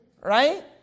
Right